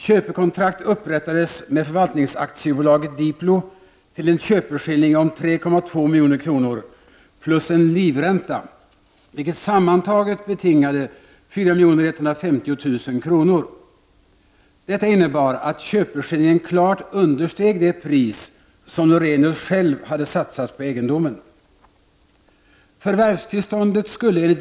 Köpekontrakt upprättades med förvaltningsaktiebolaget Diplo till en köpeskilling om 3 200 000 kr. plus en livränta, vilket sammantaget betingade 4 150 000 kr. Detta innebar att köpeskillingen klart understeg det pris som Lorenius själv hade satsat på egendomen.